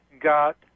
got